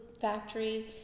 factory